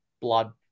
blood